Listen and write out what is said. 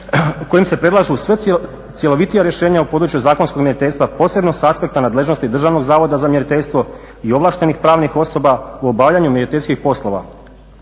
kojim se predlažu sve cjelovitija rješenja u području zakonskog mjeriteljstva posebno s aspekta nadležnosti Državnog zavoda za mjeriteljstvo i ovlaštenih pravnih osoba u obavljanju mjeriteljskih poslova